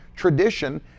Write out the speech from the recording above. tradition